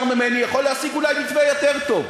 ממני יכול להשיג אולי מתווה יותר טוב,